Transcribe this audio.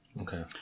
Okay